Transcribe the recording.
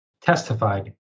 testified